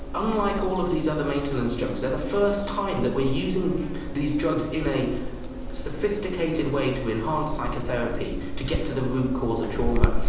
unlike all of these other maintenance drugs, they are the first time that we are using these drugs in a sophisticated way to enhance psychotherapy, to get to the root cause of trauma.